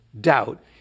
doubt